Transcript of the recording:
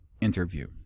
interview